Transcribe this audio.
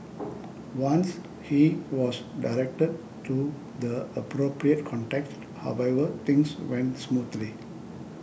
once he was directed to the appropriate contacts however things went smoothly